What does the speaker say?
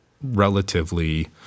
relatively